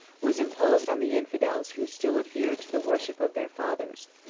was imposed on the infidels who still adhered to the worship of their fathers.